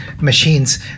machines